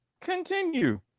Continue